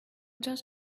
just